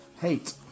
hate